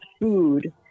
food